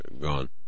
gone